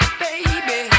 baby